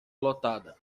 lotada